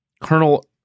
Colonel